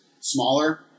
smaller